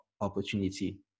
opportunity